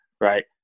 right